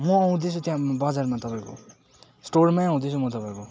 म आउँदैछु त्यहाँ बजारमा तपाईँको स्टोरमै आउँदैछु म तपाईँको